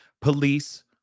Police